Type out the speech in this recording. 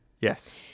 yes